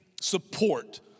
support